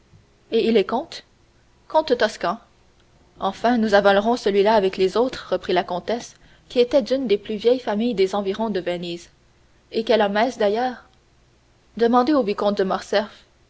et il est comte comte toscan enfin nous avalerons celui-là avec les autres reprit la comtesse qui était d'une des plus vieilles familles des environs de venise et quel homme est-ce d'ailleurs demandez au vicomte de